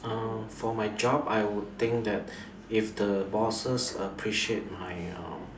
uh for my job I would think that if the bosses appreciate my um